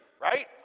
right